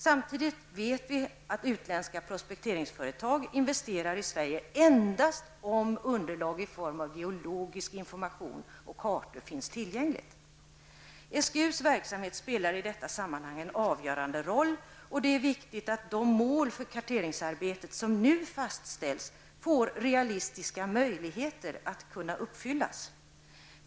Samtidigt vet vi att utländska prospekteringsföretag investerar i Sverige endast om underlag i form av geologisk information och kartor finns tillgängligt. SGUs verksamhet spelar i detta sammanhang en avgörande roll, och det är viktigt att de mål för karteringsarbetet som nu fastställs får realistiska möjligheter att uppfyllas.